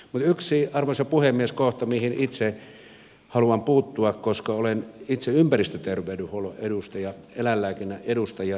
mutta yksi arvoisa puhemies kohta mihin itse haluan puuttua koska olen itse ympäristöterveydenhuollon edustaja eläinlääkinnän edustaja